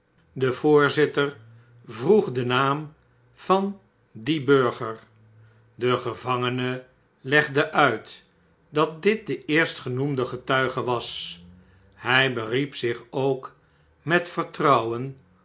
de voorzitter vroeg den naam van dien burger de gevangene legde uit dat dit de eerstgenoemde getuige was hij beriep zich ook met vertrouwen